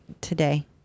today